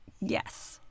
Yes